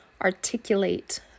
articulate